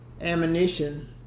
ammunition